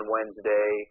Wednesday